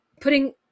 putting